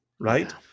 right